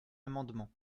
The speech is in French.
amendement